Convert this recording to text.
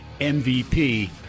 MVP